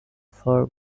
for